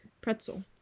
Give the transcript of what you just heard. Pretzel